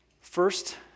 first